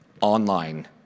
online